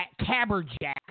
Caberjack